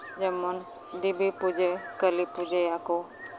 ᱡᱮᱢᱚᱱ ᱫᱮᱵᱤ ᱯᱩᱡᱟᱹ ᱠᱟᱹᱞᱤ ᱯᱩᱡᱟᱹᱭᱟᱠᱚ